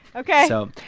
ok so,